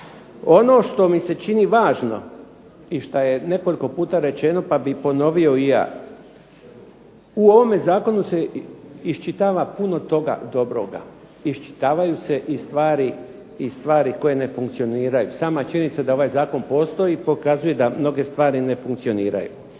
Ono što mi se čini važno i što je nekoliko puta rečeno pa bih ponovio i ja, u ovome zakonu se iščitava puno toga dobroga. Iščitavaju se i stvari koje ne funkcioniraju. Sama činjenica da ovaj zakon postoji pokazuje da mnoge stvari ne funkcioniraju.